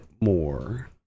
more